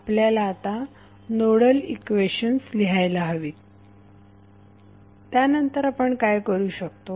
आपल्याला आता nodal equations लिहायला हवीत त्यानंतर आपण काय करू शकतो